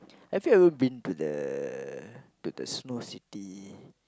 have you ever been to the to the Snow-City